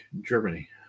Germany